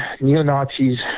neo-Nazis